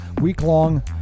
week-long